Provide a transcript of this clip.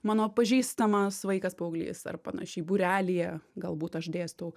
mano pažįstamas vaikas paauglys ar panašiai būrelyje galbūt aš dėstau